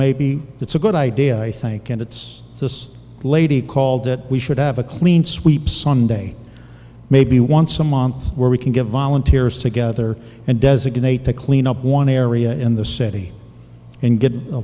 maybe it's a good idea i think and it's this lady called it we should have a clean sweep sunday maybe once a month where we can get volunteers together and designate to clean up one area in the city and get